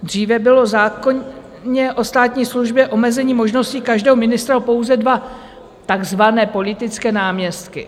Dříve bylo v zákoně o státní službě omezení možnosti každého ministra mít pouze dva takzvané politické náměstky.